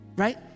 Right